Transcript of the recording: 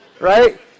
Right